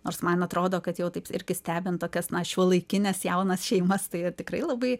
nors man atrodo kad jau taip irgi stebint tokias šiuolaikines jaunas šeimas tai tikrai labai